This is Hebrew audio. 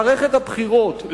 מערכת הבחירות,